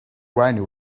rhino